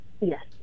Yes